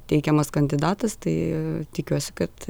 teikiamas kandidatas tai tikiuosi kad